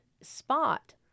Spot